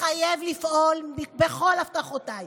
מתחייב לפעול בכל הבטחותיי,